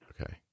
Okay